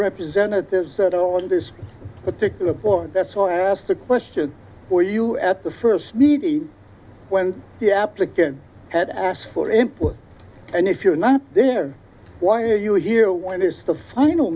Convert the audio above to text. representative said on this particular point that's why i asked the question for you at the first media when the applicant had asked for input and if you're not there why are you here when is the final